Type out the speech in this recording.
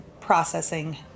processing